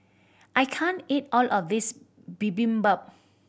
I can't eat all of this Bibimbap